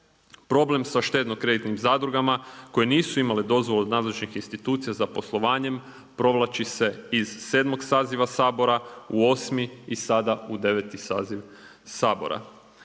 Problem sa štedno kreditnim zadrugama koje nisu imale dozvolu od nadležnih institucija za poslovanjem provlači se iz 7. saziva Sabora u 8. i sada u 9. saziv Sabora.